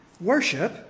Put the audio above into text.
Worship